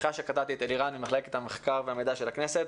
סליחה שקטעתי את אלירן ממחלקת המחקר והמידע של הכנסת.